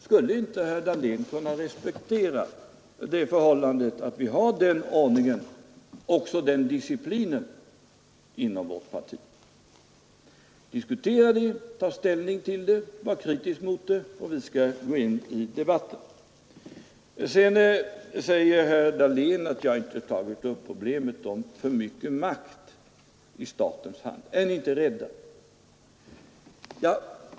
Skulle inte herr Dahlén kunna respektera det förhållandet att vi har den ordningen, och också den desciplinen, inom vårt parti? Diskutera förslaget, ta ställning till det, var kritisk mot det — och vi skall gå in i debatten! Sedan säger herr Dahlén att jag inte har tagit upp problemet med för mycket makt i statens hand och undrar: Är ni inte rädda?